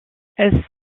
elle